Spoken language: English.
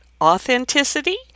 authenticity